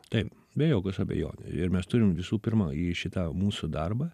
taip be jokios abejonės ir mes turim visų pirma į šitą mūsų darbą